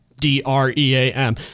D-R-E-A-M